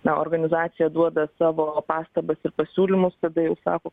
na organizacija duoda savo pastabas ir pasiūlymus tada jau sako